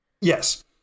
Yes